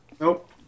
Nope